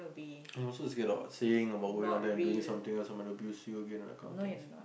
oh so it's get out saying about we down there doing something and someone abuse you again and that kind of things